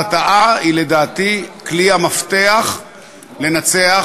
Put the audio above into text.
הרתעה, לדעתי, היא כלי המפתח לנצח,